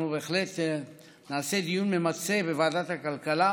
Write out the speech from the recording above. אנחנו בהחלט נעשה דיון ממצה בוועדת הכלכלה,